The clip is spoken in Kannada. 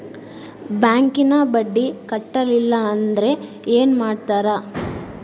ಬ್ಯಾಂಕಿನ ಬಡ್ಡಿ ಕಟ್ಟಲಿಲ್ಲ ಅಂದ್ರೆ ಏನ್ ಮಾಡ್ತಾರ?